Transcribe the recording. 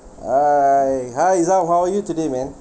alright hi hizaf how are you today man